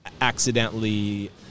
accidentally